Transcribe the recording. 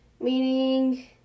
Meaning